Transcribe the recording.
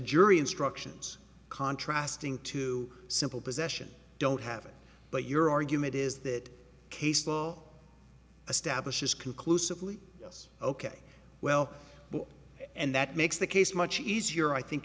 jury instructions contrast in two simple possession don't have it but your argument is that case law establishes conclusively yes ok well and that makes the case much easier i think